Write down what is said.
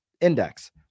index